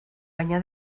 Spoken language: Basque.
baina